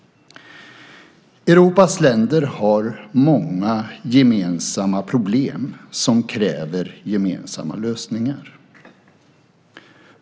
Europas länder har många gemensamma problem som kräver gemensamma lösningar.